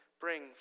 bring